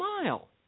smile